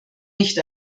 nicht